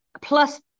plus